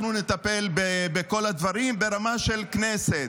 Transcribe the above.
אנחנו נטפל בכל הדברים ברמה של כנסת,